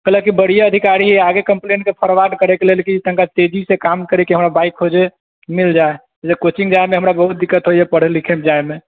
कहलक कि बड़ी अधिकारी आगे कम्प्लेन कऽ फोरवार्ड करैके लेल कि कनि तेजी से काम करैके हमरा बाइक खोजे मिल जायत जे कोचिङ्ग जाइमे हमरा बहुत दिक्कत होइया पढ़ै लिखैमे जाइमे